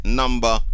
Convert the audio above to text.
number